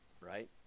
right